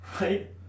Right